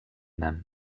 them